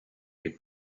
les